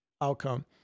outcome